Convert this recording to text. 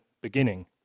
beginning